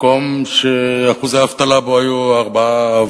מקום שאחוזי האבטלה בו היו 4.5%,